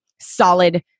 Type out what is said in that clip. solid